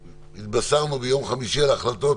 התבשרנו ביום חמישי על החלטות